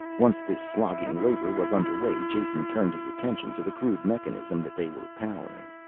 once this slogging labor was under way jason turned his attention to the crude mechanism that they were powering.